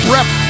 Rep